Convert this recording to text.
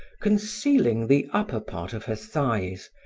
concealing the upper part of her thighs,